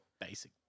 Basic